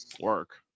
Work